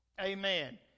Amen